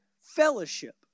fellowship